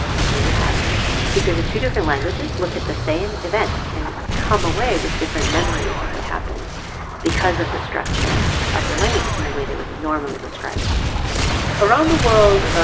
so you have speakers of two different languages look at the same event and come away with different memories of what happened because of the structure of their languages and the way they would normally describe them around the world,